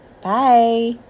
Bye